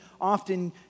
often